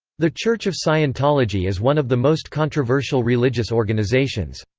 the church of scientology is one of the most controversial religious organizations.